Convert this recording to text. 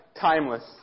timeless